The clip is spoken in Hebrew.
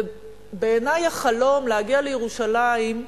ובעיני החלום להגיע לירושלים,